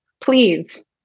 please